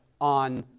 on